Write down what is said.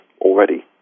already